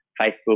Facebook